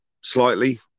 slightly